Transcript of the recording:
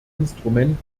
instrument